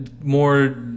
more